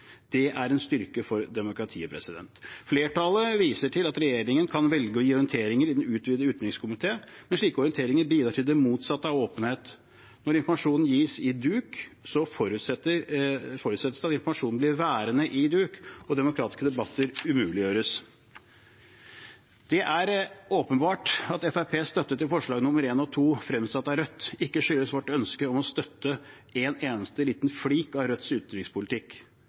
Det er en styrke for demokratiet. Flertallet viser til at regjeringen kan velge å gi orienteringer i den utvidete utenriks- og forsvarskomité, DUUFK. Men slike orienteringer bidrar til det motsatte av åpenhet. Når informasjon gis i DUUFK, forutsettes det at informasjonen blir værende i DUUFK, og demokratiske debatter umuliggjøres. Det er åpenbart at Fremskrittspartiets støtte til forslagene nr. 1 og 2 i representantforslaget fremsatt av Rødt, ikke skyldes vårt ønske om å støtte en eneste liten flik av Rødts utenrikspolitikk.